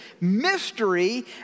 Mystery